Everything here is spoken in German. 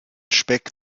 speck